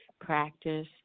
practice